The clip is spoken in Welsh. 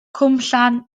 cwmllan